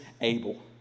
able